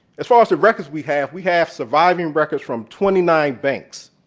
as far as the records we have, we have surviving records from twenty nine banks.